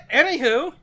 anywho